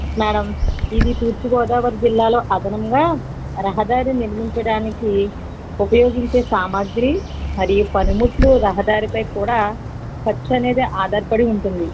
madam ఇది తూర్పు గోదావరి జిల్లాలో అదనంగా రహదారిని నిర్మించడానికి ఉపయోగించే సామగ్రి మరియు పనిముట్లు రహదారిపై కూడా ఖర్చు అనేది ఆధారపడి ఉంటుంది